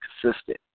consistent